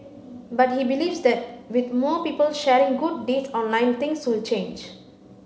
but he believes that with more people sharing good deeds online things will change